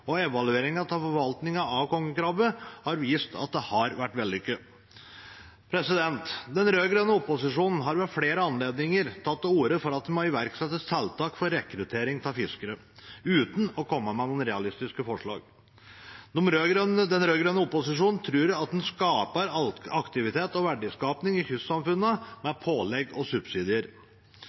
av forvaltningen av den har vist at det har vært vellykket. Den rød-grønne opposisjonen har ved flere anledninger tatt til orde for at det må iverksettes tiltak for rekruttering av fiskere, uten å ha kommet med noen realistiske forslag. Den rød-grønne opposisjonen tror at en skaper aktivitet og verdiskaping i kystsamfunnene med pålegg og subsidier.